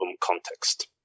context